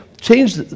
change